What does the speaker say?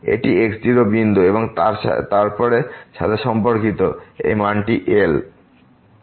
এটি x0বিন্দু এবং তারপরে সাথে সম্পর্কিত এই মানটি L